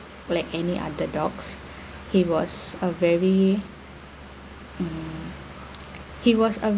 like any other dogs he was a very mm he was a